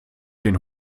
den